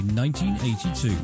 1982